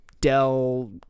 Dell